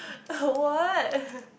a what